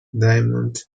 diamond